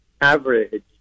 average